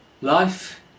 Life